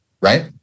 right